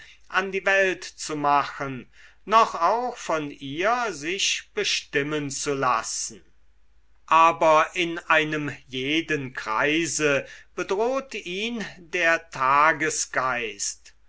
an die welt zu machen noch auch von ihr sich bestimmen zu lassen aber in einem jeden kreise bedroht ihn der tagesgeist